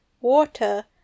water